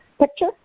picture